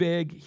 Big